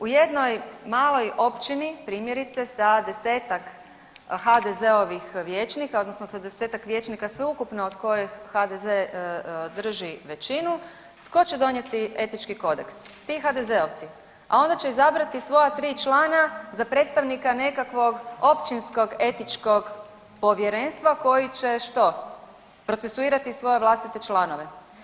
U jednoj maloj općini primjerice sa 10-tak HDZ-ovih vijećnika odnosno sa 10-tak vijećnika sveukupno od kojih HDZ drži većinu tko će donijeti etički kodeks, ti HDZ-ovci, a onda će izabrati svoja 3 člana za predstavnika nekakvog općinskog etičkog povjerenstva, koji će što, procesuirati svoje vlastite članove.